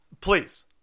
Please